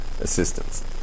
assistance